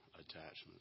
attachments